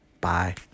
Bye